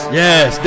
yes